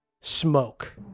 smoke